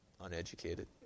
uneducated